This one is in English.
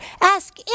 Ask